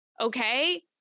okay